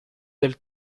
del